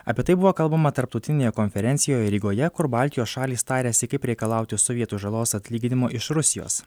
apie tai buvo kalbama tarptautinėje konferencijoje rygoje kur baltijos šalys tarėsi kaip reikalauti sovietų žalos atlyginimo iš rusijos